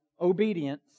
obedience